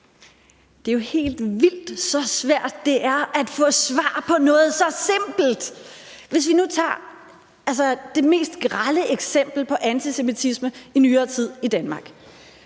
Det er jo helt vildt, så svært det er at få svar på noget så simpelt. Hvis vi nu tager det mest grelle eksempel på antisemitisme i nyere tid i Danmark: